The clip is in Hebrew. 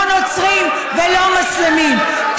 לא נוצרים ולא מוסלמים.